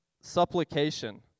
supplication